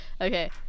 okay